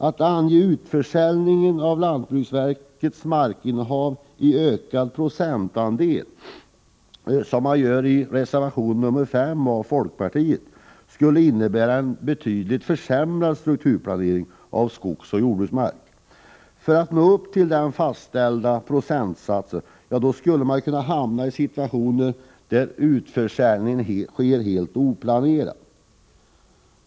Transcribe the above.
Att ange utförsäljningen av lantbruksverkets markinnehav i ökad procentandel, såsom sker i reservation 5 från folkpartiet, skulle innebära en betydligt försämrad strukturplanering av skogsoch jordbruksmark. För att nå upp till den fastställda procentsatsen skulle man kunna hamna i situationer där utförsäljningen sker helt oplanerat.